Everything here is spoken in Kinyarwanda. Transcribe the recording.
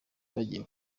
bagiye